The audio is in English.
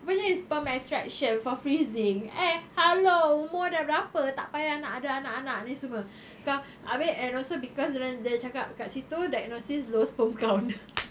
rupanya it's sperm extraction for freezing eh hello umur dah berapa tak payah nak ada anak-anak ni semua macam abeh and also because dia orang dia cakap kat situ diagnosis low sperm count